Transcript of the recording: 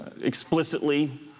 explicitly